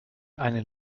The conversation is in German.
einen